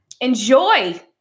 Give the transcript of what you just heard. enjoy